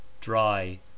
dry